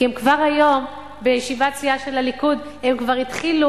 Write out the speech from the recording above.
כי היום בישיבת סיעה של הליכוד הם כבר התחילו